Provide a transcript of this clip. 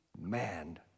man